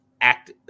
act